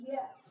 Yes